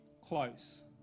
close